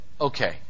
Okay